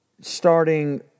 Starting